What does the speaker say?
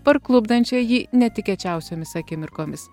parklupdančią jį netikėčiausiomis akimirkomis